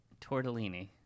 Tortellini